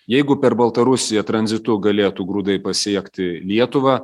jeigu per baltarusiją tranzitu galėtų grūdai pasiekti lietuvą